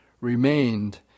remained